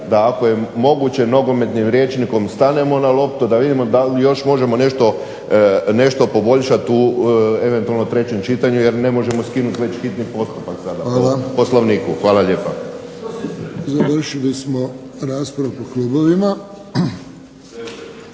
da ako je moguće nogometnim rječnikom stanemo na loptu, da vidimo da li još možemo nešto poboljšat u eventualno trećem čitanju jer ne možemo skinut već hitni postupak sada po Poslovniku. Hvala lijepa. **Friščić, Josip (HSS)** Hvala.